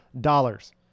dollars